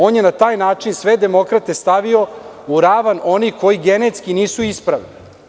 On je na taj način sve demokrate stavio u ravan onih koji genetski nisu ispravni.